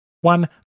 one